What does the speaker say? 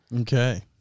Okay